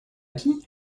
qui